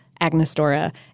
Agnostora